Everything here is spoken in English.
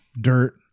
dirt